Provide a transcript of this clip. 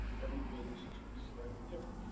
every business is slightly different.